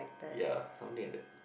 ya something like that